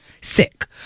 sick